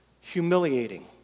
humiliating